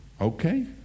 Okay